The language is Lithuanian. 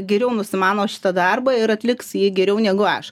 geriau nusimano šitą darbą ir atliks jį geriau negu aš